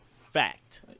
fact